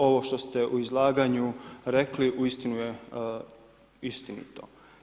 Ovo što ste u izlaganju rekli uistinu je istinito.